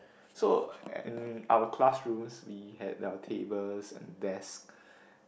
so and our classrooms we had our tables and desk